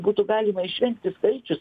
butų galima išvengti skaičius